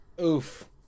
Oof